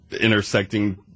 intersecting